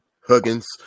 Huggins